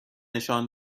نشان